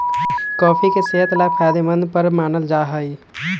coffee के सेहत ला फायदेमंद पर मानल जाहई